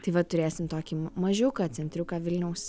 tai va turėsim tokį mažiuką centriuką vilniaus